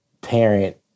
parent